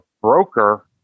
broker